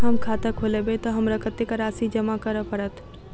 हम खाता खोलेबै तऽ हमरा कत्तेक राशि जमा करऽ पड़त?